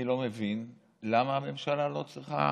אני לא מבין למה הממשלה לא צריכה